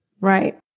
Right